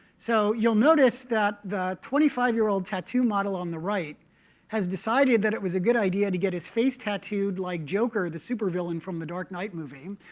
so you'll notice that the twenty five year old tattoo model on the right has decided that it was a good idea to get his face tattooed like joker, the super villain from the dark knight movie.